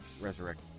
resurrect